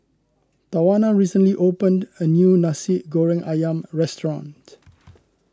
Tawana recently opened a new Nasi Goreng Ayam restaurant